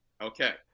Okay